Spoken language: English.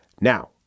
Now